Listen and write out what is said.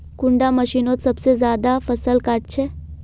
कुंडा मशीनोत सबसे ज्यादा फसल काट छै?